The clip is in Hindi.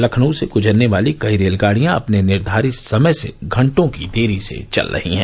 लखनऊ से गुजरने वाली कई रेलगाड़ियां अपने निर्धारित समय से घंटों की देरी से चल रही हैं